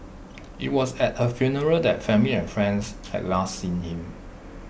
IT was at her funeral that family and friends had last seen him